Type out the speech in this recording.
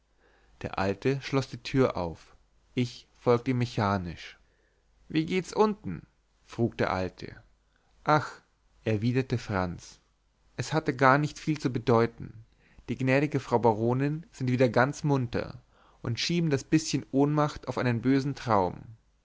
der alte schloß die tür auf ich folgte ihm mechanisch wie geht's unten frug der alte ach erwiderte franz es hatte gar nicht viel zu bedeuten die gnädige frau baronin sind wieder ganz munter und schieben das bißchen ohnmacht auf einen bösen traum